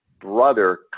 brother